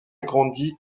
grandi